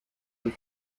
and